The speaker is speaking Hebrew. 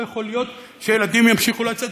לא יכול להיות שילדים ימשיכו לצאת,